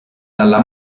dalla